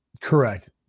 Correct